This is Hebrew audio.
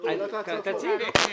תציג.